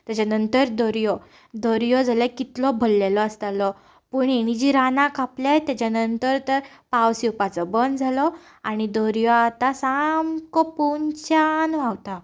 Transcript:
तेजे नंतर दर्यो दर्यो जाल्यार कितलो भरलेलो आसतालो पूण हेणीं जीं रानां कापल्यांत तेच्या नंतर पावस येवपाचो बंद जालो आनी दर्यो आतां सामको पोंदच्यान व्हांवता